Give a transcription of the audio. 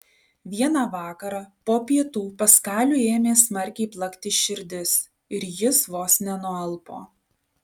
vieną vakarą po pietų paskaliui ėmė smarkiai plakti širdis ir jis vos nenualpo